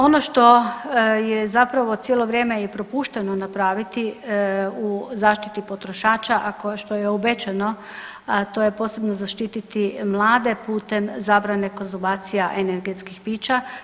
Ono što je zapravo cijelo vrijeme i propušteno napraviti u zaštititi potrošača, a što je obećano a to je posebno zaštititi mlade putem zabrane konzumacija energetskih pića.